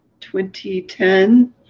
2010